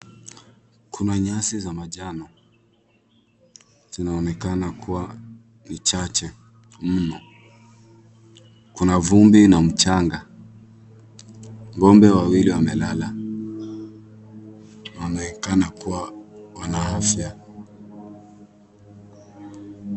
Kuna nyasi za manjano. Zinaonekana kuwa ni chache mno. Kuna vumbi na mchanga. Ng'ombe wawili wamelala. Wanaonekana kuwa wana afya.